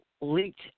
Leaked